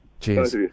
Cheers